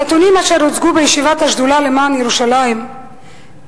הנתונים אשר הוצגו בישיבת השדולה למען ירושלים חשפו